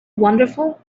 wonderful